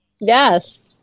Yes